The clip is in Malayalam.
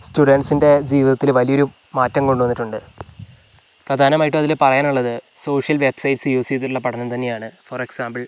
സ്റ്റുഡൻസിൻ്റെ ജീവിതത്തിൽ വലിയൊരു മാറ്റം കൊണ്ട് വന്നിട്ടുണ്ട് പ്രധാനമായിട്ടും അതിൽ പറയാനുള്ളത് സോഷ്യൽ വെബ്സൈറ്റ്സ് യൂസ് ചെയ്തിട്ടുള്ള പഠനം തന്നെയാണ് ഫോർ എക്സാമ്പിൾ